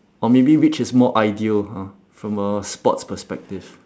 or maybe which is more ideal ha from a sports perspective